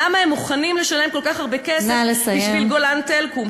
למה הם מוכנים לשלם כל כך הרבה כסף בשביל "גולן טלקום"?